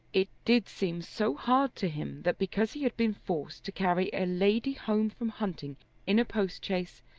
it did seem so hard to him that because he had been forced to carry a lady home from hunting in a postchaise,